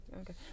Okay